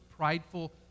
prideful